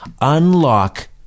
unlock